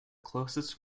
closest